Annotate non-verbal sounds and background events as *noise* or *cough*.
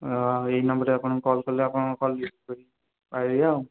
ହଁ ଏଇ ନମ୍ବରରେ ଆପଣଙ୍କୁ କଲ୍ କଲେ ଆପଣ କଲ୍ *unintelligible* ଆଉ